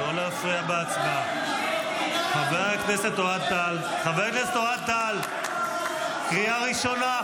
להביא לפה את ראש הממשלה.